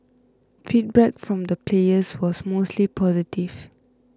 feedback from the players was mostly positive